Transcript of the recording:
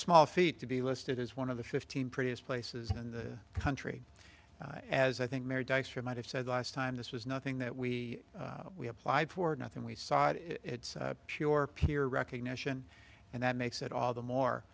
small feat to be listed as one of the fifteen prettiest places in the country as i think mary dykstra might have said last time this was nothing that we applied for nothing we saw it is pure pure recognition and that makes it all the more